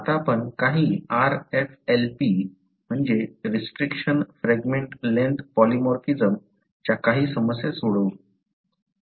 तर आता आपण काही RFLP restriction fragment length polymorphism च्या काही समस्या सोडवू